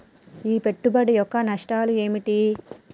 ఈ పెట్టుబడి యొక్క నష్టాలు ఏమిటి?